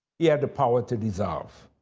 he had the power to dissolve.